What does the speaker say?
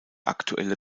aktuelle